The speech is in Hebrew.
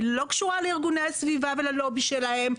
אני לא קשורה לארגוני הסביבה וללובי שלהם,